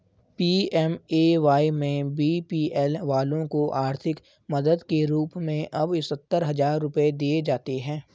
PMAY में BPL वालों को आर्थिक मदद के रूप में अब सत्तर हजार रुपये दिए जाते हैं